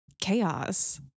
chaos